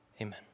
Amen